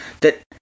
that-